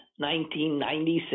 1996